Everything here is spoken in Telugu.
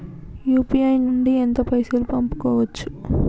యూ.పీ.ఐ నుండి ఎంత పైసల్ పంపుకోవచ్చు?